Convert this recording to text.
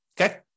okay